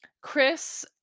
Chris